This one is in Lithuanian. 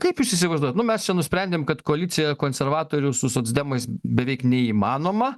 kaip jūs įsivaizduojat nu mes čia nusprendėm kad koalicija konservatorių su socdemais beveik neįmanoma